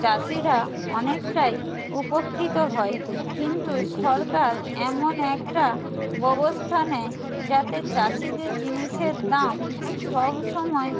চাষিরা অনেকটাই উপকৃত হয় কিন্তু সরকার এমন একটা ব্যবস্থা নেয় যাতে চাষিদের জিনিসের দাম সবসময়